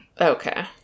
Okay